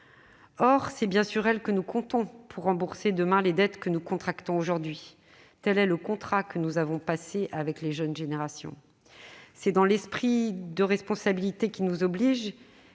Or c'est naturellement sur elles que nous comptons pour rembourser les dettes que nous contractons aujourd'hui. Tel est le contrat que nous avons passé avec les jeunes générations. C'est l'esprit de responsabilité qui nous oblige,